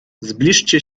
zbliżcie